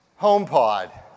HomePod